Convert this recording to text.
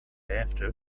after